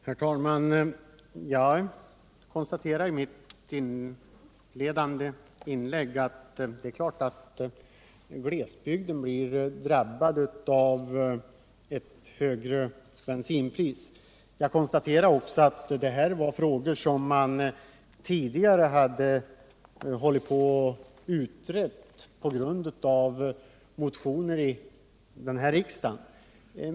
Herr talman! Jag konstaterade i mitt första inlägg att det är klart att glesbygden drabbas av ett högre bensinpris. Vidare sade jag att det här är frågor som man tidigare utrett med anledning av riksdagsmotioner.